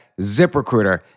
ZipRecruiter